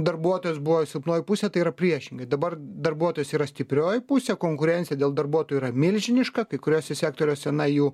darbuotojas buvo silpnoji pusė tai yra priešingai dabar darbuotojas yra stiprioji pusė konkurencija dėl darbuotojų yra milžiniška kai kuriuose sektoriuose na jų